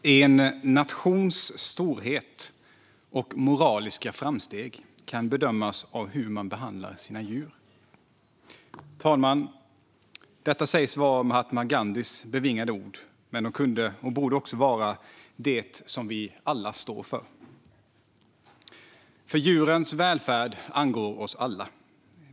Fru talman! En nations storhet och moraliska framsteg kan bedömas av hur man behandlar sina djur. Detta sägs vara mahatma Gandhis bevingade ord, men de kunde och borde också vara det vi alla står för, för djurens välfärd angår oss alla.